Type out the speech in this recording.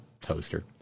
toaster